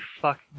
fuck